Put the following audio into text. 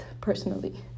personally